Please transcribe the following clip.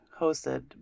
hosted